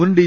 മുൻ ഡി